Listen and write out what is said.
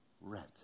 rent